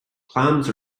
clams